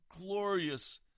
glorious